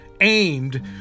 aimed